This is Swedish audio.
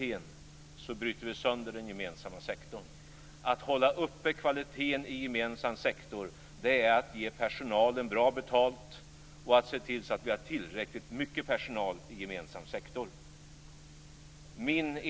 Att hålla upp kvaliteten i den gemensamma sektorn är att ge personalen bra betalt och att se till så att vi har tillräckligt mycket personal i gemensam sektor.